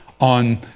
on